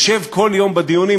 יושב כל יום בדיונים,